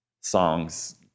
songs